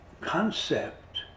concept